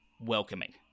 welcoming